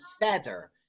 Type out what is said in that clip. Feather